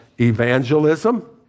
evangelism